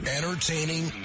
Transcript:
Entertaining